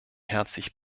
herzlich